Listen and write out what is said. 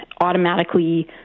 automatically